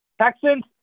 Texans